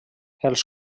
els